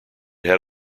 had